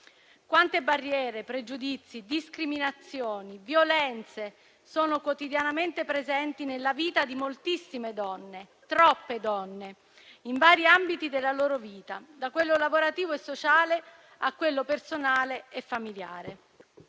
Quante barriere, pregiudizi, discriminazioni, violenze sono quotidianamente presenti nella vita di moltissime donne, troppe donne, in vari ambiti della loro vita: da quello lavorativo e sociale a quello personale e familiare.